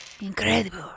Incredible